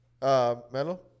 Melo